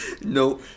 no